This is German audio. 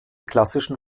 klassischen